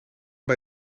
bij